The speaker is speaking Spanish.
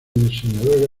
diseñador